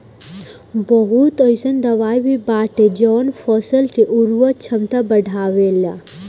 बहुत अईसन दवाई भी बाटे जवन फसल के उर्वरक क्षमता बढ़ावेला